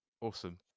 Awesome